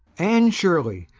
anne shirley,